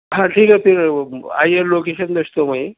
ہاں ٹھیک ہے پھر آئیے لوکیشن بھیجتے ہیں وہیں